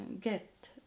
get